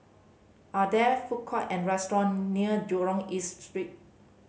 are there food court and restaurant near Jurong East Street